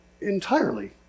entirely